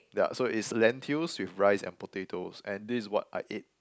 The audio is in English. yeah so it's lentils with rice and potatoes and this is what I ate